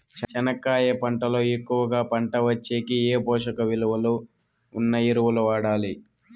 చెనక్కాయ పంట లో ఎక్కువగా పంట వచ్చేకి ఏ పోషక విలువలు ఉన్న ఎరువులు వాడాలి?